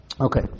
Okay